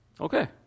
Okay